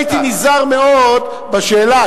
אני הייתי נזהר מאוד בשאלה,